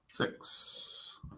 Six